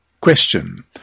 Question